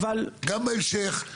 גם בהמשך.